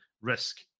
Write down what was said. risk